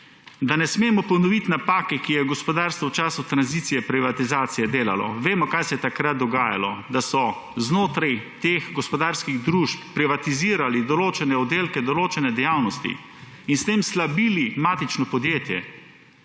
da ne smemo ponoviti napake, ki jo je gospodarstvo v času tranzicije privatizacije delalo. Vemo, kaj se je takrat dogajalo, da so znotraj teh gospodarskih družb privatizirali določene oddelke, določene dejavnosti in s tem slabili matično podjetje,